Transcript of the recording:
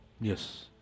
Yes